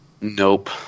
Nope